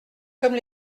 comme